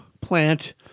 plant